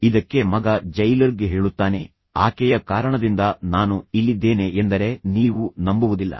ಇದಕ್ಕೆ ಮಗ ಜೈಲರ್ಗೆ ಹೇಳುತ್ತಾನೆ ಆಕೆಯ ಕಾರಣದಿಂದ ನಾನು ಇಲ್ಲಿದ್ದೇನೆ ಎಂದರೆ ನೀವು ನಂಬುವುದಿಲ್ಲ